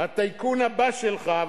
הטייקון הבא שלך,